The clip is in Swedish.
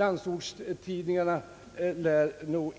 Att akademikerna på detta sätt stängs